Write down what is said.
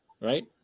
right